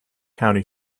county